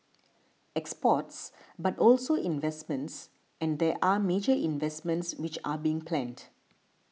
exports but also investments and there are major investments which are being planned